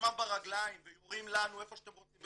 לעצמם ברגליים ויורים לנו איפה שאתם רוצים,